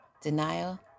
denial